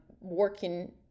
working